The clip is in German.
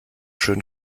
schön